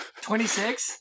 26